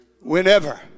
whenever